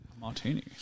Martini